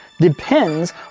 depends